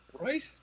Right